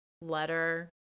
letter